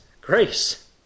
grace